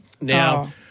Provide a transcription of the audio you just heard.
Now